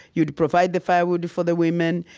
you'd provide the firewood for the women.